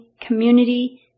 community